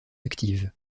active